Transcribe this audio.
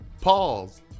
Pause